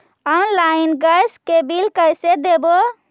Online gas के bill कैसे देबै?